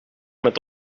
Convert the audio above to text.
met